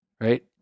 right